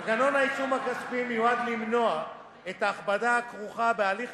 מנגנון העיצום הכספי מיועד למנוע את ההכבדה הכרוכה בהליך